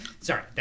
Sorry